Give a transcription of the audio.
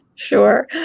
Sure